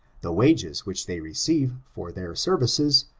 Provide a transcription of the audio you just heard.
the wages which they receive for their services,